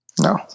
No